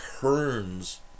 turns